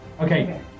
okay